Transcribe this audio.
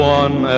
one